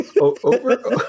Over